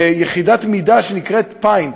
ביחידת מידה שנקראת פיינט,